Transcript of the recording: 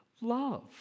love